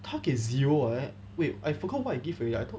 他给 zero right wait I forgot what I give already I thought